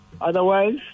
otherwise